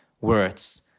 words